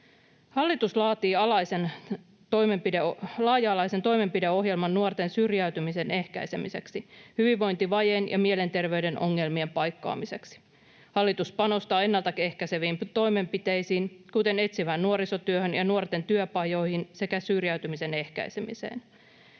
Hallitus laatii laaja-alaisen toimenpideohjelman nuorten syrjäytymisen ehkäisemiseksi sekä hyvinvointivajeen ja mielenterveyden ongelmien paikkaamiseksi. Hallitus panostaa ennalta ehkäiseviin toimenpiteisiin, kuten etsivään nuorisotyöhön ja nuorten työpajoihin sekä syrjäytymisen ehkäisemiseen.